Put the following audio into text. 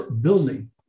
building